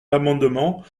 l’amendement